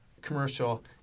commercial